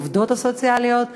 העובדות הסוציאליות,